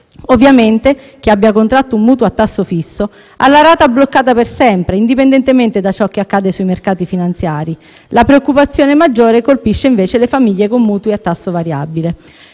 ovviamente, chi abbia contratto un mutuo a tasso fisso ha la rata bloccata per sempre, indipendentemente da ciò che accade sui mercati finanziari; la preoccupazione maggiore colpisce le famiglie con mutui a tasso variabile: